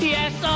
Yes